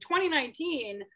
2019